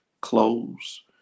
clothes